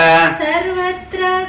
Sarvatra